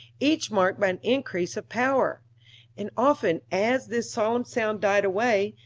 each marked by an increase of power and often as this solemn sound died away,